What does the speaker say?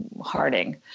Harding